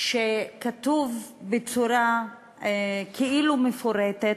שכתוב בצורה כאילו מפורטת,